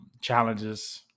challenges